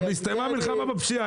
גם הסתיימה המלחמה בפשיעה.